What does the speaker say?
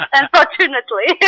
unfortunately